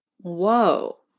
Whoa